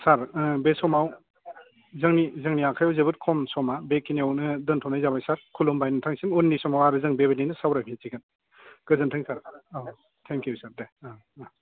सार बे समाव जोंनि आखाइआव जोबोद खम समा बेखिनियावनो दोन्थ'नाय जाबाय सार खुलुमबाय नोंथांनिसिम उननि समाव आरो जों बेबायदिनो सावरायफिनसिगोन गोजोन्थों sir uh thank you sir देह अ